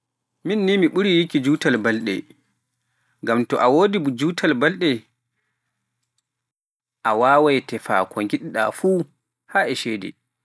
Miin ni mi ɓurii yikki juutal balɗe, ngam to a woodi juutal balɗe, a waaway tefaa ko ngiɗɗaa fuu haa e ceede.